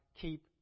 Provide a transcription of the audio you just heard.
keep